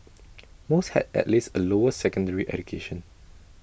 most had at least A lower secondary education